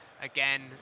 Again